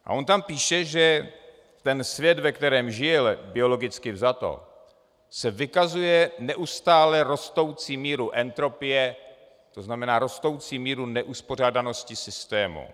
A on tam píše, že ten svět, ve kterém žije, biologicky vzato, se vykazuje neustále rostoucí mírou entropie, to znamená rostoucí míru neuspořádanosti systému.